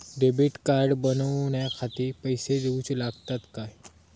Debit card बनवण्याखाती पैसे दिऊचे लागतात काय?